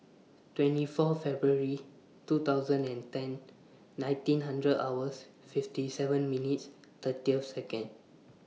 twenty four February two thousand and ten nineteen hundred hours fifty seven minutes thirty Seconds